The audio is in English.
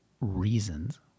reasons